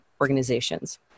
organizations